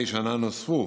מדי שנה נוספו